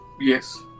Yes